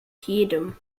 jedem